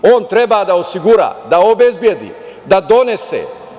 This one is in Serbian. On treba da osigura, da obezbedi, da donese.